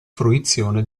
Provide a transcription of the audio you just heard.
fruizione